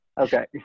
Okay